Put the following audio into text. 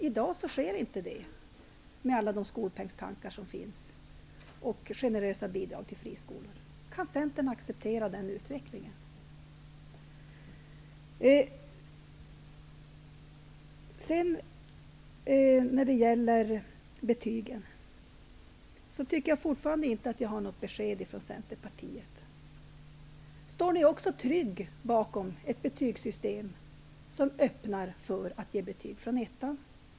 I dag sker inte det, med alla skolpengstankar som finns och generösa bidrag till friskolor. Kan Centern acceptera den utvecklingen? Jag tycker fortfarande inte att jag har fått besked från Centerpartiet om betygen. Står ni trygga också bakom ett betygssystem som öppnar möjligheterna att ge betyg från årskurs 1?